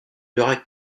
dura